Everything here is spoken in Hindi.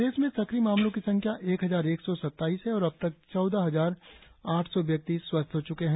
प्रदेश में सक्रिय मामलों की संख्या एक हजार एक सौ सत्ताईस है और अबतक चौदह हजार आठ सौ व्यक्ति स्वस्थ हो चुके है